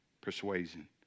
persuasion